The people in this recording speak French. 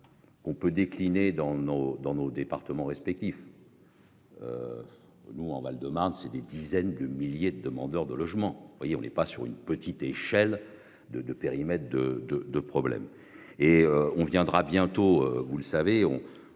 On peut décliner dans nos, dans nos départements respectifs. Nous en Val-de-Marne, c'est des dizaines de milliers de demandeurs de logements. Vous voyez, on n'est pas sur une petite échelle de de périmètre de de de problèmes et on viendra bientôt, vous le savez